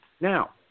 Now